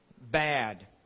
Bad